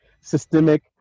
systemic